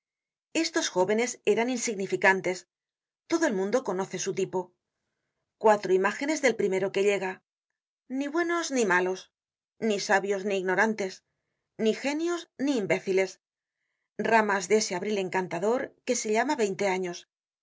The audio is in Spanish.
estos jóvenes eran insignificantes todo el mundo conoce su tipo cuatro imágenes del primero que llega ni buenos ni malos ni sabios ni ignorantes ni génios ni imbéciles ramas de ese abril encantador que se llama veinte años